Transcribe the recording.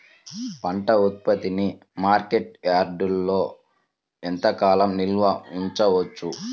పంట ఉత్పత్తిని మార్కెట్ యార్డ్లలో ఎంతకాలం నిల్వ ఉంచవచ్చు?